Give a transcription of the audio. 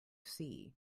see